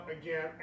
again